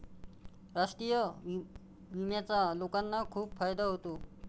राष्ट्रीय विम्याचा लोकांना खूप फायदा होतो